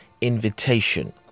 invitation